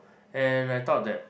and I thought that